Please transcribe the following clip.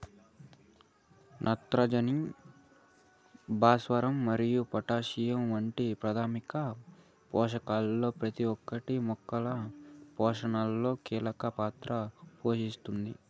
నత్రజని, భాస్వరం మరియు పొటాషియం వంటి ప్రాథమిక పోషకాలలో ప్రతి ఒక్కటి మొక్కల పోషణలో కీలక పాత్ర పోషిస్తుంది